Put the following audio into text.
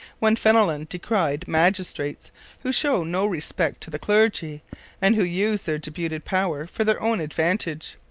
when fenelon decried magistrates who show no respect to the clergy and who use their deputed power for their own advantage,